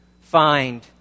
find